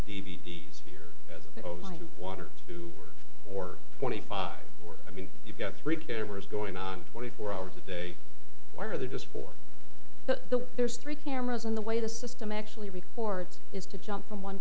d s water two or twenty five i mean you've got three carriers going on twenty four hours a day why are there just for the there's three cameras in the way the system actually records is to jump from one